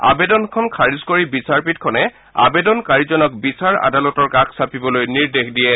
আবেদনখন খাৰিজ কৰি বিচাৰপীঠখনে আবেদনকাৰীজনক বিচাৰ আদালতৰ কাষ চাপিবলৈ নিৰ্দেশ দিয়ে